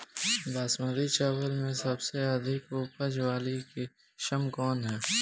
बासमती चावल में सबसे अधिक उपज वाली किस्म कौन है?